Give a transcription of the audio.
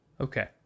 Okay